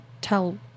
tell